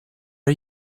are